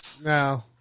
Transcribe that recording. No